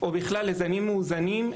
או בכלל לזנים מאוזנים,